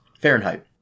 Fahrenheit